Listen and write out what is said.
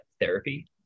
therapy